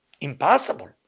Impossible